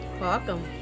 Welcome